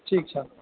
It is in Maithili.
ठीक छ